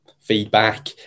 feedback